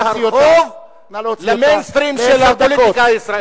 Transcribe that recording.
האספסוף עבר מהרחוב ל"מיינסטרים" של הפוליטיקה הישראלית.